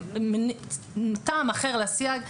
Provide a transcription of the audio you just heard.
טעם אחר לסייג,